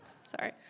Sorry